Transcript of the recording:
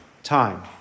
Time